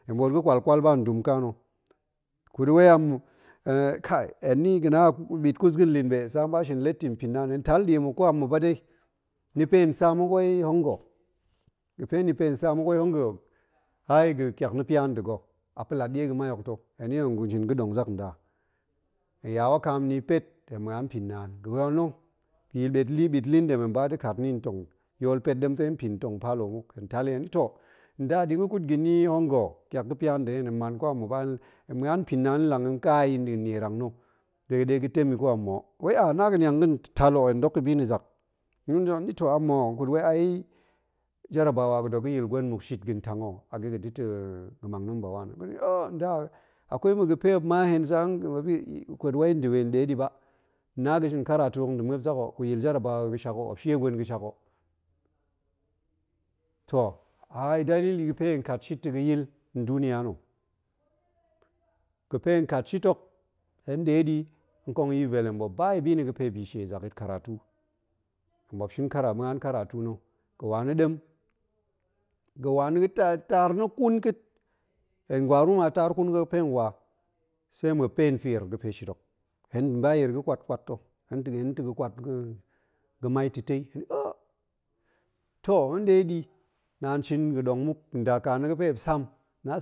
Hen ɓoot ga̱ kwal-kwal ba, hen dum ƙa na̱ ga̱ na, ɓit ƙus ga̱n lin ɓe sa nba shin leti npin naan, hen tal ɗie muk ko ama̱ ba dai, ni pen sa muk wai hoon ga̱. ga̱ fe ni peen sa muk wai hoon ga̱, ƙiak na̱ pia nda̱ ga̱, a pa̱ lat nie ga̱mai hok ta̱, heni hen shin ga̱ ɗong zak nda, hen ya wakam ni i pet, hen ma̱an npin naan. ga̱ ba na̱, ɓit lin ɗem hen ba da̱ kat ni ntong, yool pet ɗemtai npin, ntong palo muk, hen tal i heni to, nda, ɗin ga̱ kut ga̱ ni hoo nga̱ ƙiak ga̱ pia nda̱ hen, hen man ko a ma̱ ba, hen ma̱an npin naan hen lang tong ƙaa i nɗin nierang na̱ de ɗe ga̱ tem i ko a ma̱ o, wai a yong ga̱ niang ga̱n tal o, hen ɗok i bi na̱ zak, hen i to a ma̱ o, kut wai ai, jarabawa ga̱ dok ga̱ yil gwen muk shit ga̱n tang o, ga̱ da̱ ta̱. ga̱ mang number one. hen o nda, akwai ma̱ ga̱ fe muop ma hen sa, kut i wai ndibi ɗe ɗi ba, na ga̱ shin karatu hok nda̱ muop zak o, gu yil jarabawa ga̱shak o, muop shie gwen ga̱shak o. to a dalili ga̱ fe hen kat shit ta̱ ga̱ yil, nduniya na̱. ga̱ pe hen kat shit hok, hen ɗe ɗi kong yi vel, hen muop ba i ga̱ pe bi shie zakyit, karatu. hen ɓuop shin kara, ma̱an karatu na̱. ga̱ wa na̱ ɗem, ga̱ wa na̱, taar na̱ ƙun ka̱a̱t, hen waruu ma tar ƙun ga̱ fe hen wa, se muop pen fier ɗi ga̱ pe shit hok, hen ba yir ga̱ kwat-kwat ta̱, hen ta̱ ga̱ kwat ga̱mai ta̱tai, hen ni. to hen ɗe ɗi, naan shin ga̱ ɗong muk, nda ƙa na̱ ga̱ fe muop sam.